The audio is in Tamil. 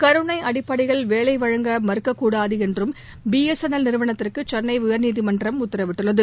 கருணை அடிப்படையில் வேலை வழங்க மறுக்கக்கூடாது என்று பிஎஸ்என்எல் நிறுவனத்திற்கு சென்னை உயர்நீதிமன்றம் உத்தரவிட்டுள்ளது